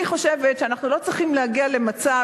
אני חושבת שאנחנו לא צריכים להגיע למצב